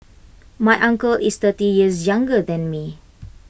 my uncle is thirty years younger than me